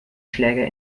schläger